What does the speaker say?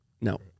No